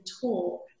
talk